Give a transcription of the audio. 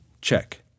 Check